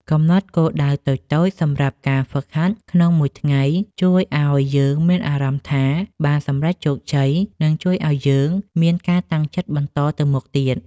កំណត់គោលដៅតូចៗសម្រាប់ការហ្វឹកហាត់ក្នុងមួយថ្ងៃជួយឱ្យយើងមានអារម្មណ៍ថាបានសម្រេចជោគជ័យ និងជួយឱ្យយើងមានការតាំងចិត្តបន្តទៅមុខទៀត។